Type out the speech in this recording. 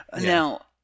Now